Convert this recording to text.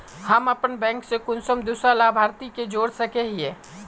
हम अपन बैंक से कुंसम दूसरा लाभारती के जोड़ सके हिय?